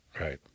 Right